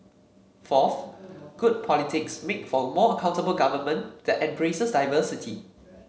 fourth good politics makes for more accountable government that embraces diversity